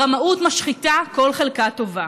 הרמאות משחיתה כל חלקה טובה.